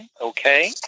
okay